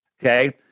Okay